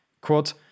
Quote